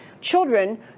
children